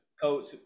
coach